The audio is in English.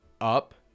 up